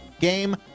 Game